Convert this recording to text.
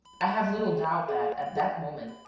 i have little doubt that, at that moment,